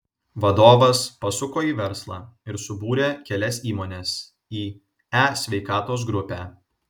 vadovas pasuko į verslą ir subūrė kelias įmones į e sveikatos grupę